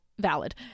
valid